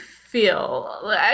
feel